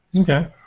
okay